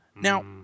Now